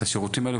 את השירותים האלה,